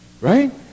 right